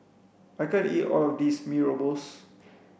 I can't eat all of this mee rebus